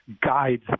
guides